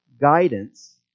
guidance